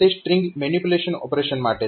તે string manipulation operation માટે છે